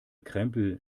krempel